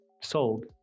sold